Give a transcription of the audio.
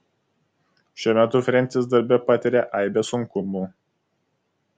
šiuo metu frensis darbe patiria aibę sunkumų